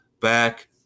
back